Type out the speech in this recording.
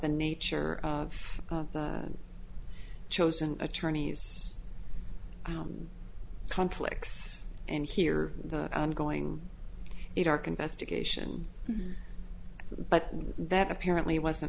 the nature of the chosen attorneys conflicts and here the ongoing dark investigation but that apparently wasn't